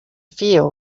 feel